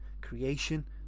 creation